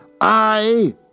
I